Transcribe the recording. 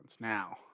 now